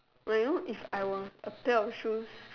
!wow! you know if I were a pair of shoes